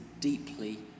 deeply